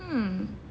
hmm